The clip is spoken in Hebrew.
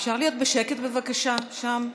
אפשר להיות בשקט בבקשה שם?